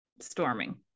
storming